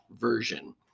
Version